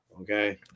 Okay